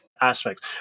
aspects